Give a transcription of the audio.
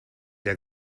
der